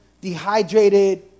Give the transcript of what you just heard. dehydrated